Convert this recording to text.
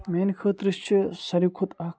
میٛانہِ خٲطرٕ چھِ ساروی کھۄتہٕ اَکھ